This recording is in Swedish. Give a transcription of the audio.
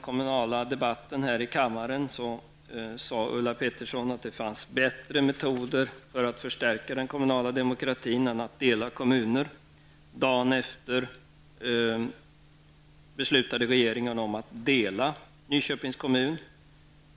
kommunala debatten här i kammaren sade Ulla Pettersson att det fanns bättre metoder att förstärka den kommunala demokratin än att dela kommuner. Dagen efter beslutade regeringen att dela Nyköpings kommun.